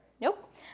nope